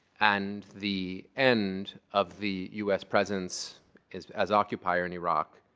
and the end of the us presence as as occupier in iraq,